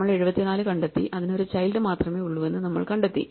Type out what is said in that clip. നമ്മൾ 74 കണ്ടെത്തി അതിന് ഒരു ചൈൽഡ് മാത്രമേ ഉള്ളൂവെന്ന് നമ്മൾ കണ്ടെത്തി